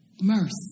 mercy